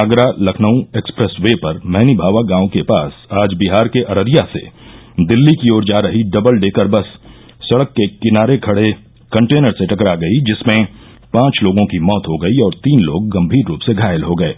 Agra Lucknow expressway पर मैनीभावा गांव के पास आज बिहार के अररिया से दिल्ली की ओर जा रही डबल डेकर बस सड़क के किनारे खड़े कटेनर से टकरा गयी जिसमें पांच लोगों की मौत हो गयी और तीन लोग गम्भीर रूप से घायल हो गये